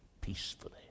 peacefully